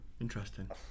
interesting